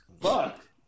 Fuck